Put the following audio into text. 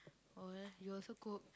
oh you also cook